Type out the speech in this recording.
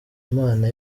imana